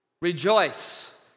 Rejoice